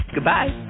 Goodbye